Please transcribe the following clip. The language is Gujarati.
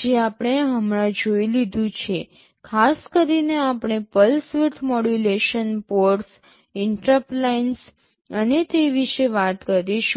જે આપણે હમણાં જોઇ લીધું છે ખાસ કરીને આપણે pulse width modulation ports interrupt lines અને તે વિશે વાત કરીશું